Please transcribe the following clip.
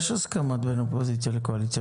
יש הסכמות בין אופוזיציה לבין קואליציה,